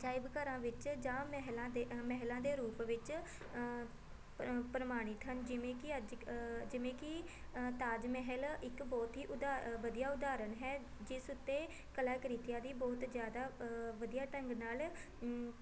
ਅਜਾਇਬ ਘਰਾਂ ਵਿੱਚ ਜਾਂ ਮਹਿਲਾਂ ਦੇ ਮਹਿਲਾਂ ਦੇ ਰੂਪ ਵਿੱਚ ਪ੍ਰ ਪ੍ਰਮਾਣਿਤ ਹਨ ਜਿਵੇਂ ਕਿ ਅੱਜ ਜਿਵੇਂ ਕਿ ਤਾਜ ਮਹਿਲ ਇੱਕ ਬਹੁਤ ਹੀ ਉਦਾ ਵਧੀਆ ਉਦਾਹਰਣ ਹੈ ਜਿਸ ਉੱਤੇ ਕਲਾਕ੍ਰਿਤੀਆਂ ਦੀ ਬਹੁਤ ਜ਼ਿਆਦਾ ਵਧੀਆ ਢੰਗ ਨਾਲ